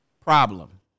problem